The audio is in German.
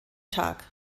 tag